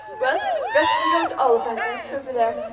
well best you go to ollivander's over there.